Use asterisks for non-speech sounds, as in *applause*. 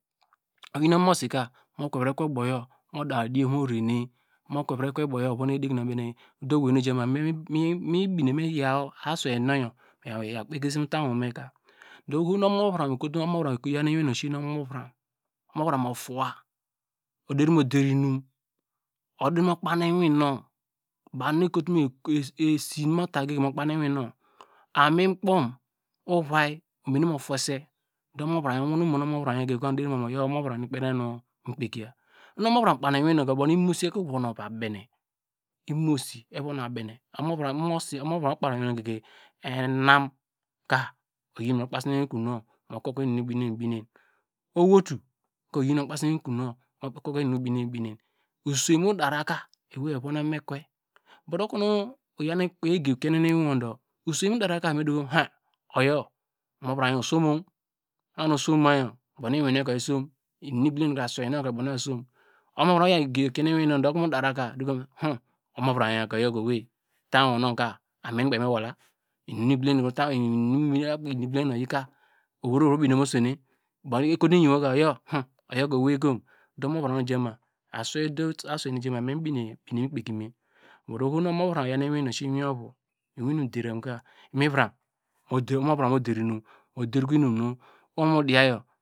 Oyin omomosi ka mu kwe vivi ekwe uboyor, mu da udi mo rere hine ovou edegina mu bene, ode owene oja ma mibine me yaw awua nu yor kpei ke se mu utai wonu. Dli oho nu ovoviram mu fowa, oderi mu dero inu, oderi mu kpane iwinu *hesitation* amin kpomuvai omene mo fowesi *hesitation* ohonu omo ode omoviram yor omoviram nu ikpen okomu gidiya, oho nu omoviram mu kpane iwin nu du oyor nu imomosi yor ka evon wu va benem *hesitation* omoviram nu okpane iwin nu gege enam ka oyi mu kpasinem ekuno omu kwe ko yi inum nu odiomosen oyaw, owuto ka mu kwe ku wor inunu ubinen obinen uswiyi mu dara ke ewei eron wor vome kwe but okonu oyan egi okwenen iwim du, usuwe mu dara ka me dokom heni oyor omoviram yor osom oo ma nu osom ma yor, oyo ubow nu iwin numka isom, aswei nu ka oyor ubow nu isom. Omoviram oyaw igiriri okien iwin nu oho mu dara ka omoviram yor ka owei, utainy owuno ka amin kpei muwola *hesitation* owei vro obine ba swunem, ba ekuto nu iniwoka hom oyor ka owei kom ode omoviram nu ojama *hesitation* but oho nu omoviram oyaw nu aswei nu osise mu iwin ovu, mu iwin inum derakamka imivram, omoviram mu dero inum, mu dero inumu wor mu diya yor.